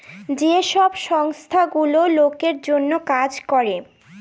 যে সব সংস্থা গুলো লোকের জন্য কাজ করে